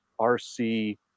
RC